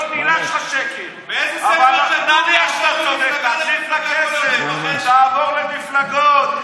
באיזה ספר כתוב, תחזיר את הכסף, תעבור מפלגות.